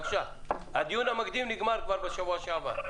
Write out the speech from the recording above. הדיון המקדים נגמר בשבוע שעבר.